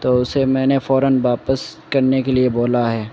تو اسے میں نے فوراً واپس کرنے کے لیے بولا ہے